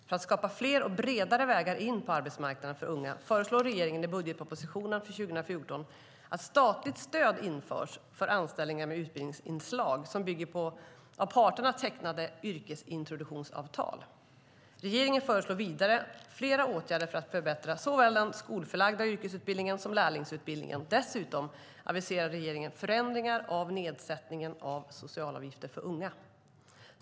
För att skapa fler och bredare vägar in på arbetsmarknaden för unga föreslår regeringen i budgetpropositionen för 2014 att statligt stöd införs för anställningar med utbildningsinslag som bygger på av parterna tecknade yrkesintroduktionsavtal. Regeringen föreslår vidare flera åtgärder för att förbättra såväl den skolförlagda yrkesutbildningen som lärlingsutbildningen. Dessutom aviserar regeringen förändringar av nedsättningen av socialavgifterna för unga.